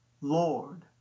Lord